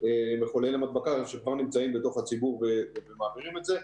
מחוללי הדבקה שכבר נמצאים בתוך הציבור ומעבירים את זה,